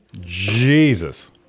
Jesus